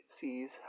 sees